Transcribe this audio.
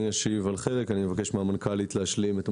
אני אשיב על חלק ואבקש מהמנכ"לית להשלים.